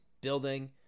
building